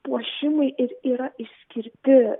puošimui ir yra išskirti